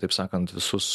taip sakant visus